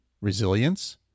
resilience